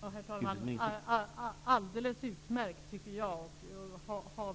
Herr talman! Det är alldeles utmärkt, tycker jag, och jag har